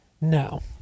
no